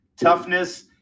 toughness